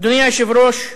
אדוני היושב-ראש,